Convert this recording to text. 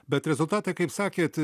bet rezultatai kaip sakėt